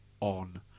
on